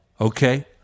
Okay